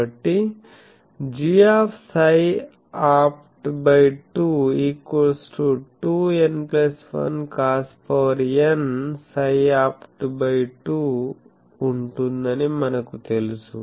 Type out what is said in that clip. కాబట్టి gψopt 2 2n1 cosn ψopt2 ఉంటుందని మనకు తెలుసు